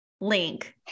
link